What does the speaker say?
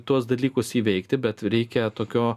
tuos dalykus įveikti bet reikia tokio